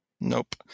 nope